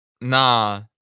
nah